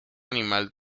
animal